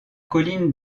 colline